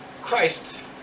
Christ